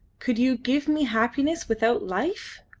could you give me happiness without life?